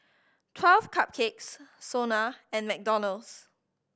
Twelve Cupcakes SONA and McDonald's